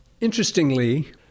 Interestingly